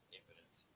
evidence